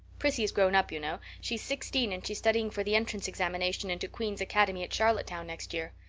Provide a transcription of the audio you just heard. prissy is grown up, you know. she's sixteen and she's studying for the entrance examination into queen's academy at charlottetown next year.